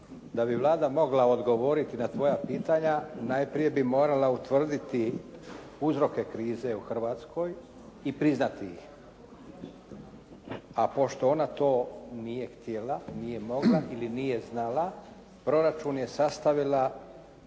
da bi Vlada mogla odgovoriti na tvoja pitanja najprije bi morala utvrditi uzroke krize u Hrvatskoj i priznati ih. A pošto ona to nije htjela, nije mogla ili nije znala proračun je sastavila